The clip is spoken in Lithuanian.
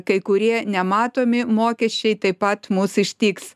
kai kurie nematomi mokesčiai taip pat mus ištiks